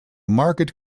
marked